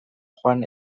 joan